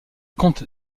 compte